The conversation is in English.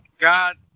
God